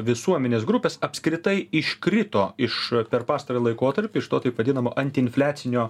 visuomenės grupės apskritai iškrito iš per pastarąjį laikotarpį iš to taip vadinamo antiinfliacinio